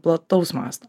plataus mąsto